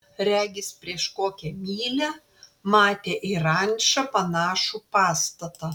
regis prieš kokią mylią matė į rančą panašų pastatą